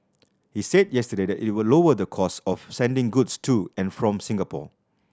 he said yesterday that it will lower the costs of sending goods to and from Singapore